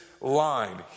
line